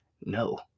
No